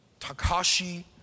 Takashi